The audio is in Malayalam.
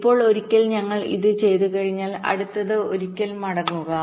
ഇപ്പോൾ ഒരിക്കൽ ഞങ്ങൾ ഇത് ചെയ്തുകഴിഞ്ഞാൽ അടുത്തത് ഒരിക്കൽ മടങ്ങുക